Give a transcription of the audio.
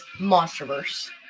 MonsterVerse